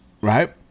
right